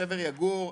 שבר יגור,